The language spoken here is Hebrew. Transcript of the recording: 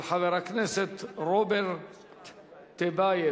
של חבר הכנסת רוברט טיבייב.